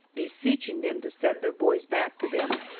beseeching them to send their boys back to them,